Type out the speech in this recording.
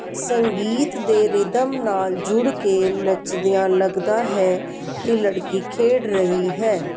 ਸੰਗੀਤ ਦੇ ਰਿਦਮ ਨਾਲ ਜੁੜ ਕੇ ਨੱਚਦਿਆਂ ਲੱਗਦਾ ਹੈ ਕਿ ਲੜਕੀ ਖੇਡ ਰਹੀ ਹੈ